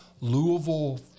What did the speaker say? Louisville